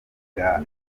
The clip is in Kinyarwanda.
bwa